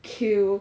kill